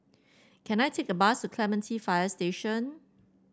can I take a bus to Clementi Fire Station